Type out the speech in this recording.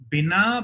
Bina